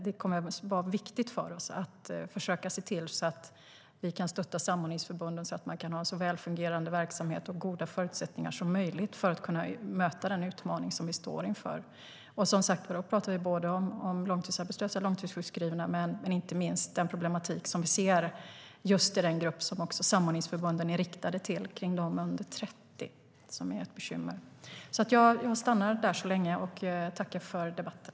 Det är viktigt för oss att försöka se till att vi kan stötta samordningsförbunden så att de kan ha så väl fungerande verksamhet och goda förutsättningar som möjligt för att kunna möta den utmaning som de står inför, och då pratar jag om både långtidsarbetslösa och långtidssjukskrivna. Inte minst pratar jag om just den problematik hos den grupp som samordningsförbundens verksamhet är riktad till - personer under 30 år - som är ett bekymmer. Jag stannar här och tackar för debatten.